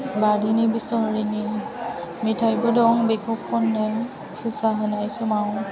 बारिनि बिशहरिनि मेथाइबो दं बेखौ ख'नो फुजा होनाय समाव